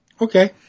Okay